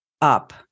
up